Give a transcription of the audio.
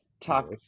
talk